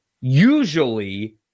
usually